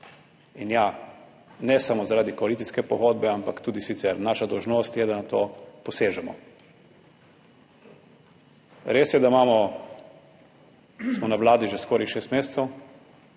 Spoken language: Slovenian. In ja, ne samo zaradi koalicijske pogodbe, ampak tudi sicer je naša dolžnost, da na to posežemo. Res je, da smo na vladi že skoraj šest mesecev,